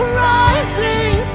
rising